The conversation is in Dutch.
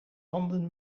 handen